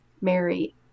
Mary